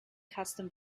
custom